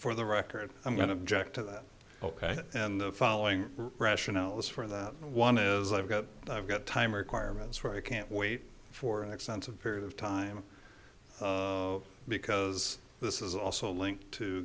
for the record i'm going to check to that ok and the following rationales for that one is i've got i've got time requirements where i can't wait for an extensive period of time because this is also linked to